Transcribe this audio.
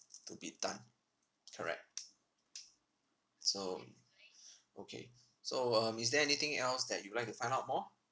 to be done correct so okay so um is there anything else that you'd like to find out more